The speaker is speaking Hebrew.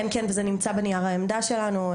כן, וזה נמצא בנייר העמדה שלנו.